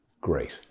great